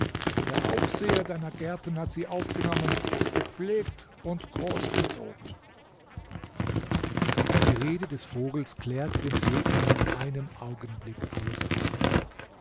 der aufseher deiner gärten hat sie aufgenommen gepflegt und großgezogen die rede des vogels klärte dem sultan in einem augenblick alles auf